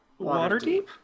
Waterdeep